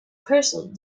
person